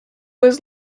was